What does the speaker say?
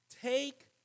Take